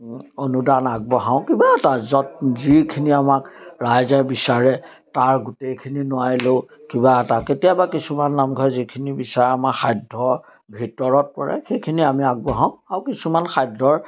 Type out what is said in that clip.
অনুদান আগবঢ়াওঁ কিবা এটা য'ত যিখিনি আমাক ৰাইজে বিচাৰে তাৰ গোটেইখিনি নোৱাৰিলেও কিবা এটা কেতিয়াবা কিছুমান নামঘৰ যিখিনি বিচাৰে আমাৰ সাধ্যৰ ভিতৰত পৰে সেইখিনি আমি আগবঢ়াওঁ আৰু কিছুমান সাধ্যৰ